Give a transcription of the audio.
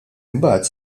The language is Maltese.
imbagħad